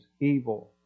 evil